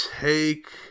take